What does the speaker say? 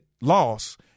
loss